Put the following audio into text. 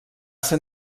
ser